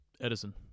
Edison